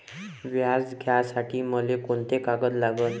व्याज घ्यासाठी मले कोंते कागद लागन?